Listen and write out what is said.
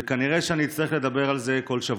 וכנראה שאצטרך לדבר על זה כל שבוע.